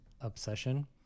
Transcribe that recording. obsession